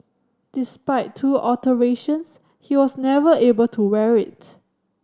despite two alterations he was never able to wear it